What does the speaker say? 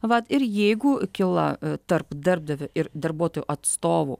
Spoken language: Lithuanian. vat ir jeigu kyla tarp darbdavio ir darbuotojų atstovų